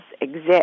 exist